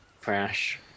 crash